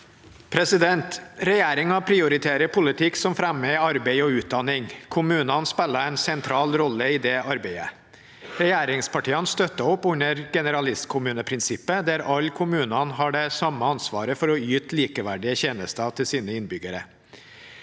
Regjeringen prioriterer politikk som fremmer arbeid og utdanning. Kommunene spiller en sentral rolle i det arbeidet. Regjeringspartiene støtter opp under generalistkommuneprinsippet, der alle kommunene har det samme ansvaret for å yte likeverdige tjenester til sine innbyggere.